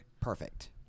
Perfect